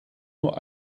nur